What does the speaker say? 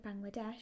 Bangladesh